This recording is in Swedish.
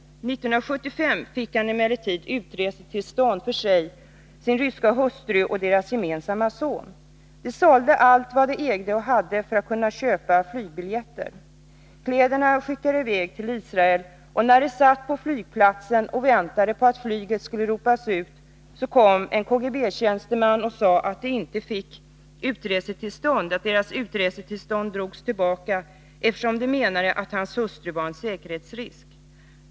År 1975 fick han emellertid ett utresetillstånd för sig, sin ryska hustru och deras gemensamma son. De sålde allt vad de ägde och hade för att kunna köpa flygbiljetter. Kläderna skickade de i väg till Israel. När de satt på flygplatsen och väntade på att flyget skulle ropas ut kom en KGB-tjänsteman och sade att deras utresetillstånd var tillbakadraget, eftersom hans hustru var en säkerhetsrisk.